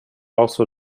also